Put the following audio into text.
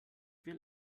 will